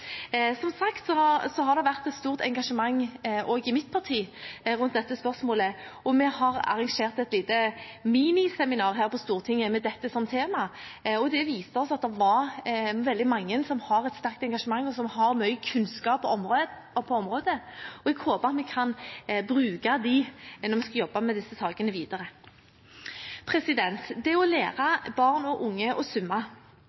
Som sagt har det vært et stort engasjement også i mitt parti rundt dette spørsmålet, og vi har arrangert et lite miniseminar her på Stortinget med dette som tema. Det viste oss at det er veldig mange som har et sterkt engasjement og som har mye kunnskap på området, og jeg håper at vi kan bruke dem når vi skal jobbe med disse sakene videre. Det å lære barn og unge